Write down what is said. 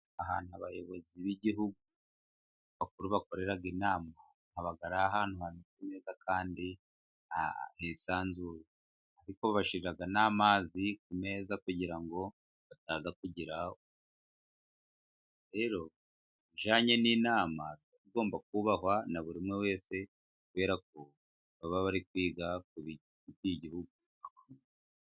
Ahantu abayobozi b'Igihugu bakuru bakorerara inama, aba ari ahantu hameze neza kandi hisanzure, ariko bashyira n'amazi ku meza kugira ngo bataza kugira, rero ibijyananye n'inama igomba kubahwa na buri umwe wese kubera ko baba bari kwiga ku by'igihugu.